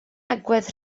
agwedd